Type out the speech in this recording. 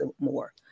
more